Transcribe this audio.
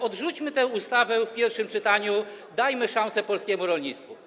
Odrzućmy tę ustawę w pierwszym czytaniu, dajmy szansę polskiemu rolnictwu.